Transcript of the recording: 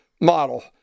model